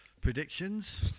Predictions